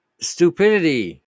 stupidity